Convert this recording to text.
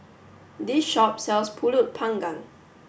this shop sells Pulut panggang